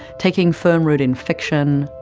taking firm root in fiction,